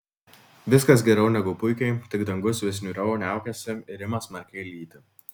viskas geriau negu puikiai tik dangus vis niūriau niaukiasi ir ima smarkiai lyti